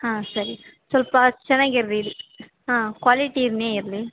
ಹಾಂ ಸರಿ ಸ್ವಲ್ಪ ಚೆನ್ನಾಗಿರ್ಲಿ ಹಾಂ ಕ್ವಾಲಿಟಿನೇ ಇರಲಿ